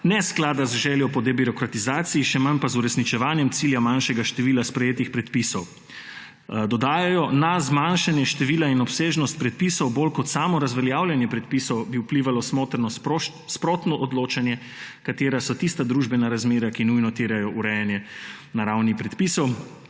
ne sklada z željo po debirokratizaciji, še manj pa z uresničevanjem cilja manjšega števila sprejetih predpisov.« Dodajajo, »na zmanjšanje števila in obsežnost predpisov bolj kot samo razveljavljanje predpisov bi vplivalo smotrno sprotno odločanje, katera so tista družbena razmerja, ki nujno terjajo urejanje na ravni predpisov